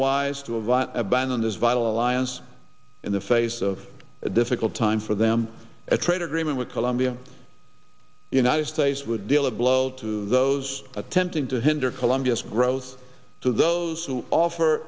wise to invite a ban on this vital alliance in the face of a difficult time for them at trade agreement with colombia the united states would deal a blow to those attempting to hinder colombia's growth to those who offer